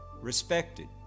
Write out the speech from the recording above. respected